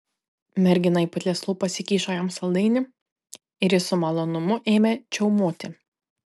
mergina į putlias lūpas įkišo jam saldainį ir jis su malonumu ėmė čiaumoti